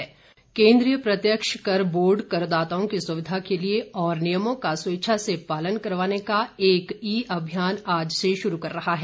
आयकर विभाग केन्द्रीय प्रत्यक्ष कर बोर्ड करदाताओं की सुविधा के लिये और नियमों का स्वेच्छा से पालन करवाने का एक ई अभियान आज से शुरू कर रहा है